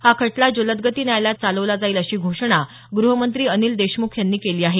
हा खटला जलदगती न्यायालयात चालवला जाईल अशी घोषणा गृहमंत्री अनिल देशमुख यांनी केली आहे